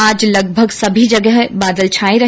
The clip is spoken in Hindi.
आज लगभग सभी जगह बादल छाये रहे